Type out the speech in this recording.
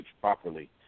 properly